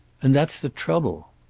and that's the trouble.